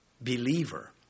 believer